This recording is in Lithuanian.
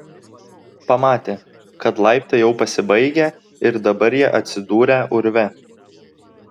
pamatė kad laiptai jau pasibaigę ir dabar jie atsidūrę urve